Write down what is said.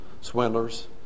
swindlers